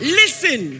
listen